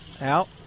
Out